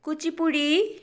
Kuchipudi